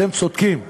אתם צודקים,